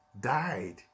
Died